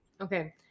Okay